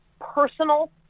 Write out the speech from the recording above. personal